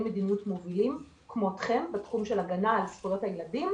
מדיניות מובילים כמותכם בתחום של הגנה על זכויות הילדים,